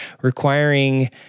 requiring